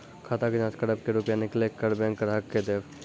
खाता के जाँच करेब के रुपिया निकैलक करऽ बैंक ग्राहक के देब?